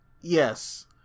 yes